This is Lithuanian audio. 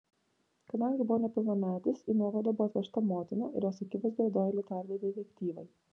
kadangi buvo nepilnametis į nuovadą buvo atvežta motina ir jos akivaizdoje doilį tardė detektyvai